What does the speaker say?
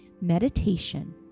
meditation